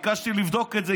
ביקשתי לבדוק את זה.